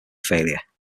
failure